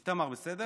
איתמר, בסדר?